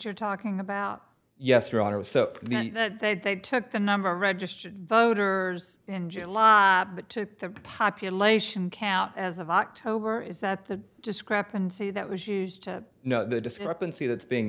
you're talking about yes your honor so that they they took the number of registered voters in july to the population count as of october is that the discrepancy that was used to know the discrepancy that's being